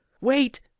Wait